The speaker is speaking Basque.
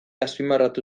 azpimarratu